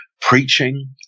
preaching